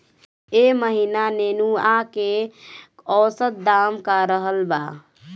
एह महीना नेनुआ के औसत दाम का रहल बा?